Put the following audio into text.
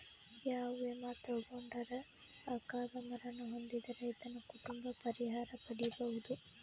ಯಾವ ವಿಮಾ ತೊಗೊಂಡರ ಅಕಾಲ ಮರಣ ಹೊಂದಿದ ರೈತನ ಕುಟುಂಬ ಪರಿಹಾರ ಪಡಿಬಹುದು?